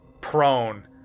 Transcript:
prone